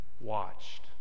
watched